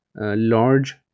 large